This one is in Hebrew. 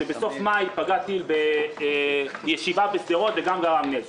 שבסוף חודש מאי פגע טיל בישיבה בשדרות וגרם לנזק.